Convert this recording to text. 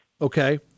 Okay